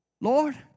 Lord